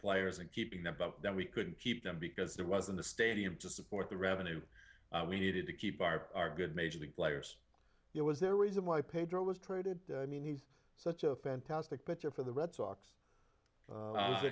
players and keeping them but then we couldn't keep them because there wasn't a stadium to support the revenue we needed to keep our good major league players there was their reason why pedro was traded i mean he's such a fantastic but there for the red sox